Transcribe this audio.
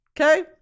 okay